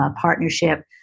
partnership